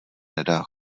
nedá